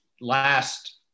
last